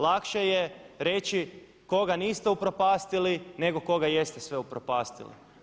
Lakše je reći koga niste upropastili nego koga jeste sve upropastili.